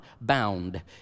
bound